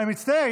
אני מצטער.